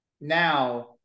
now